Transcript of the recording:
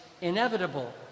inevitable